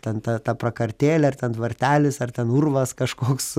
ten ta ta prakartėlė ar ten tvartelis ar ten urvas kažkoks